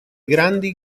grandi